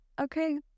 okay